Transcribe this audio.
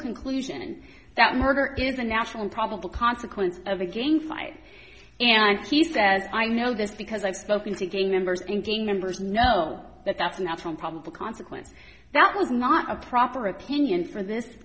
conclusion that murder is a natural probable consequence of again fight and she says i know this because i've spoken to gay members and gang members know that that's a natural probable consequence that was not a proper opinion for this